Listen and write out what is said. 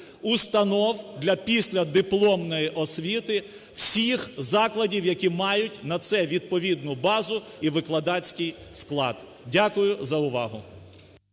установ для післядипломної освіти всіх закладів, які мають на це відповідну базу і викладацький склад. Дякую за увагу.